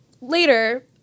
later